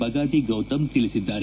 ಬಗಾದಿ ಗೌತಮ್ ತಿಳಿಸಿದ್ದಾರೆ